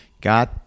God